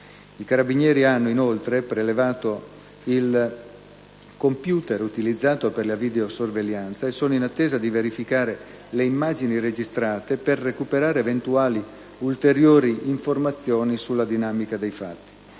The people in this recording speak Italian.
I carabinieri hanno, inoltre, prelevato il *computer* utilizzato per la videosorveglianza e sono in attesa di verificare le immagini registrate per recuperare eventuali ulteriori informazioni sulla dinamica dei fatti.